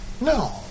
No